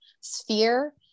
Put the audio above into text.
sphere